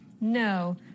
No